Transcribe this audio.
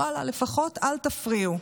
ואללה, לפחות אל תפריעו.